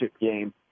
game